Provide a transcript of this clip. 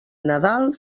nadal